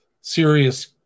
serious